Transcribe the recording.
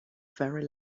very